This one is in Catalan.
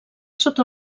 sota